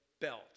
belt